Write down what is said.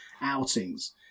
outings